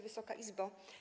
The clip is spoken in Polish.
Wysoka Izbo!